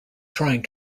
trying